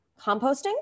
composting